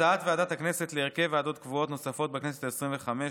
הצעת ועדת הכנסת להרכב ועדות קבועות נוספות בכנסת העשרים-וחמש,